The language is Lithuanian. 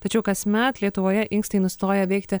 tačiau kasmet lietuvoje inkstai nustoja veikti